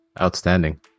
outstanding